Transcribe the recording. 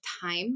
time